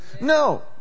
No